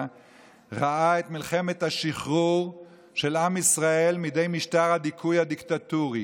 ראה את מלחמת השחרור של עם ישראל מידי משטר הדיכוי הדיקטטורי.